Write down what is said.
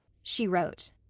she wrote,